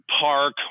park